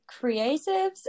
creatives